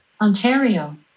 Ontario